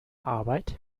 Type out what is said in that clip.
arbeit